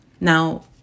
Now